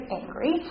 angry